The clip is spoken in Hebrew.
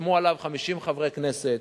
וחתמו עליו 50 חברי כנסת,